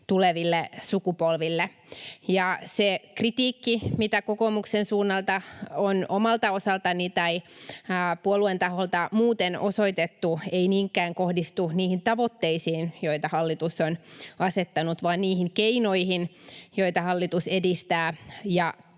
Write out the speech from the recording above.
tuleville sukupolville, ja se kritiikki, mitä kokoomuksen suunnalta on omalta osaltani tai puolueen taholta muutoin osoitettu, ei niinkään kohdistu niihin tavoitteisiin, joita hallitus on asettanut, vaan niihin keinoihin, joita hallitus edistää,